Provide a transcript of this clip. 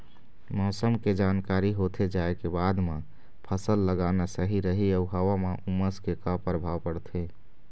मौसम के जानकारी होथे जाए के बाद मा फसल लगाना सही रही अऊ हवा मा उमस के का परभाव पड़थे?